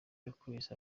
wakubise